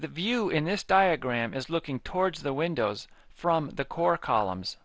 the view in this diagram is looking towards the windows from the core columns